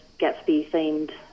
Gatsby-themed